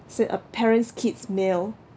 say a parent's kids meal